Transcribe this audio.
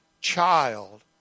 child